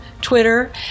Twitter